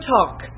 Talk